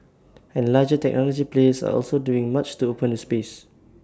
and larger technology players are also doing much to open the space